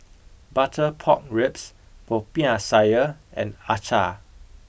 butter pork ribs popiah sayur and acar